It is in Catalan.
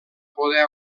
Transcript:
poder